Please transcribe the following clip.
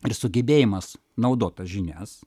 ir sugebėjimas naudot tas žinias